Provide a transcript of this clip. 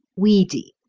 weedy,